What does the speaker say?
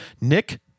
Nick